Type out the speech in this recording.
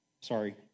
sorry